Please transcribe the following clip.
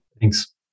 Thanks